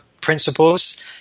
principles